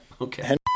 Okay